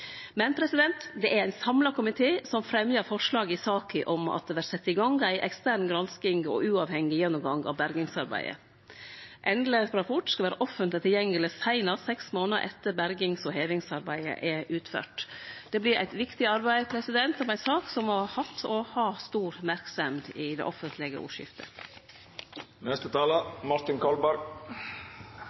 det vart handtert, bør sjåast nærmare på. Det er ein samla komité som fremjar forslag i saka om at det vert sett i gang ei ekstern gransking og ein uavhengig gjennomgang av bergingsarbeidet. Endeleg rapport skal vere offentleg tilgjengeleg seinast seks månader etter at bergings- og hevingsarbeidet er utført. Det vert eit viktig arbeid om ei sak som har hatt og har stor merksemd i det offentlege